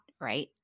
Right